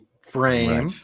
frame